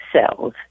cells